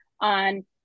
on